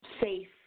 safe